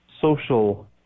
social